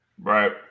Right